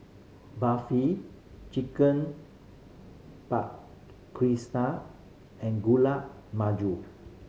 Barfi Chicken Paprikas and Gulab Jamun